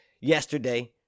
yesterday